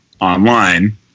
online